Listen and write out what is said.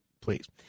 Please